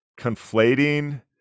conflating